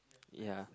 ya